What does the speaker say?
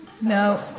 no